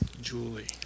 Julie